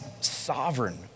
sovereign